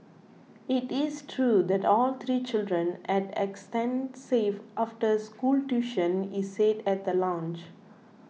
it is true that all three children had extensive after school tuition he said at the launch